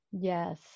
yes